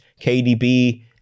KDB